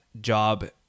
job